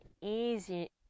easy